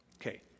Okay